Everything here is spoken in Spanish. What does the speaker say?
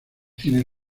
tienen